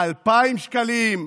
2,000 שקלים.